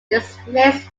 dismissed